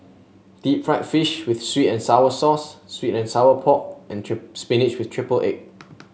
Deep Fried Fish with sweet and sour sauce sweet and Sour Pork and trip spinach with triple egg